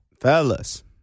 fellas